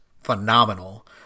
phenomenal